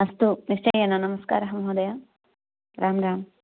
अस्तु निश्चयेन नमस्कारः महोदय राम् राम्